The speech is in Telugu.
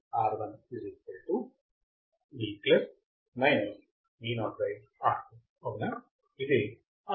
కాబట్టి V R1 V Vo R2 అవునా ఇదే ఆ విలువ